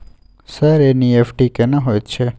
Sir NEFT केना होयत छै?